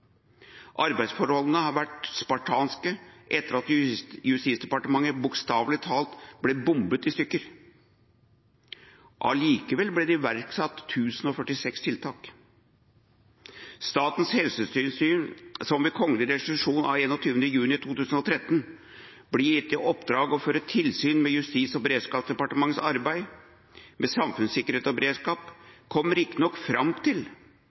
Arbeidsforholdene har vært spartanske etter at Justisdepartementet bokstavelig talt ble bombet i stykker. Allikevel ble det iverksatt 1 046 tiltak. Statens helsetilsyn, som ved kgl. res. 21. juni 2013 ble gitt i oppdrag å føre tilsyn med Justis- og beredskapsdepartementets arbeid med samfunnssikkerhet og beredskap, kom riktignok fram til